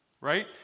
right